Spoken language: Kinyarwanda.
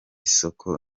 soko